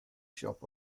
shop